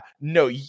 no